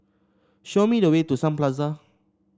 show me the way to Sun Plaza